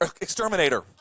exterminator